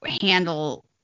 handle